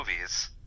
movies